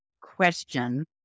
question